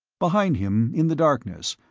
behind him in the darkness,